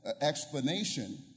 explanation